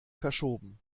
verschoben